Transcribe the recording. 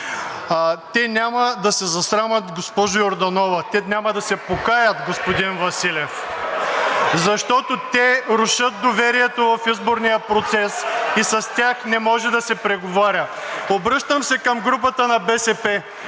Те няма да се засрамят, госпожо Йорданова! Те няма да се покаят, господин Василев! Защото те рушат доверието в изборния процес и с тях не може да се преговаря. Обръщам се към групата на БСП.